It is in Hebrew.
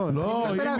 לא, לא.